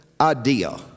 idea